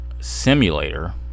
simulator